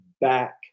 back